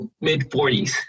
mid-40s